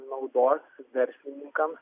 naudos verslininkams